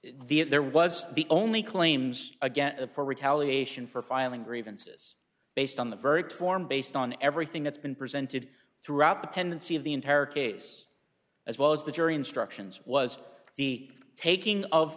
the there was the only claims against it for retaliation for filing grievances based on the verdict form based on everything that's been presented throughout the pendency of the entire case as well as the jury instructions was the taking of